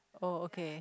oh okay